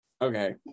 Okay